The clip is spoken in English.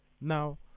Now